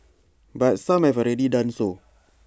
but some have already done so